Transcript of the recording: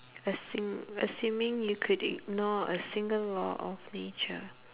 assum~ assuming you could ignore a single law of nature